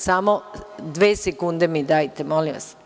Samo dve sekunde mi dajte, molim vas.